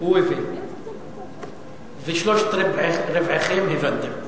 ושלושה רבעים מכם, הבנתם.